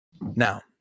now